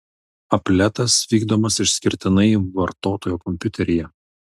apletas vykdomas išskirtinai vartotojo kompiuteryje